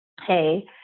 hey